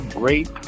great